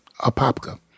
Apopka